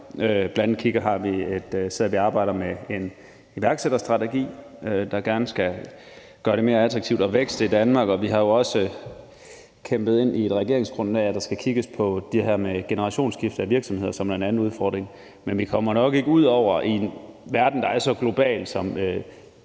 Bl.a. sidder vi og arbejder med en iværksætterstrategi, der gerne skulle gøre det mere attraktivt at vækste i Danmark, og vi har jo også kæmpet ind i et regeringsgrundlag, at der skal kigges på det her med generationsskifte i virksomheder, som er en anden udfordring, men vi kommer nok ikke uden om i en verden, der er så global,